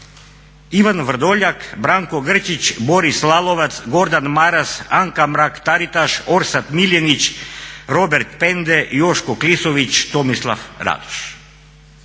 Ivan Vrdoljak, Branko Grčić, Boris Lalovac, Gordan Maras, Anka Mrak Taritaš, Orsat Miljenić, Robert Pende, Joško Klisović, Tomislav Radoš,